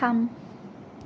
थाम